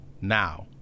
now